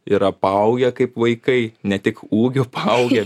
yra paaugę kaip vaikai ne tik ūgiu paaugę